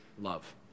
love